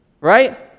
Right